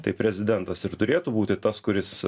tai prezidentas ir turėtų būti tas kuris